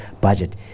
budget